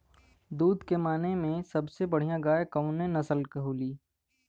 दुध के माने मे सबसे बढ़ियां गाय कवने नस्ल के होली?